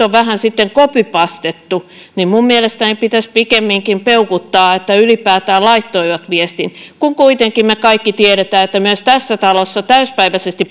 on vähän sitten copypastettu niin minun mielestäni pitäisi pikemminkin peukuttaa että ylipäätään laittoivat viestin kun kuitenkin me kaikki tiedämme että myös tässä talossa täysipäiväisesti